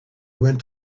went